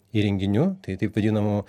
įrenginiu tai taip vadinamu